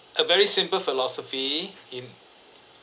a very simple philosophy in